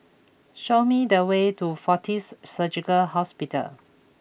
show me the way to Fortis Surgical Hospital